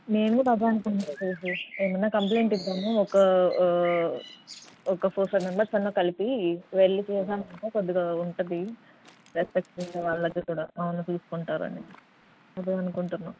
నేను కూడ అదే అనుకుంటున్నాను శేషు ఏమైనా కంప్లెయింట్ ఇద్దాము ఒక ఒక ఫోర్ ఫైవ్ మెంబర్స్ అయినా కలిపి వెళ్ళి చేశామంటే కొద్దిగా ఉంటుంది రెస్పెక్ట్ఫుల్గా వాళ్ళ దగ్గర కూడా అవును తీసుకుంటారని అదే అనుకుంటున్నాను